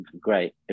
great